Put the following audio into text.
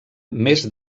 més